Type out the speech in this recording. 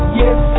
yes